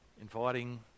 inviting